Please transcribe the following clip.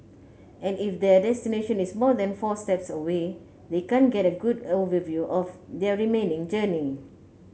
and if their destination is more than four stops away they can't get a good overview of their remaining journey